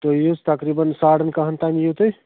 تُہۍ یِیو تقریٖبن ساڈَن کاہن تانۍ یِیو تُہۍ